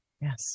Yes